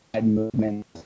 movement